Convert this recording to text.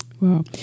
Wow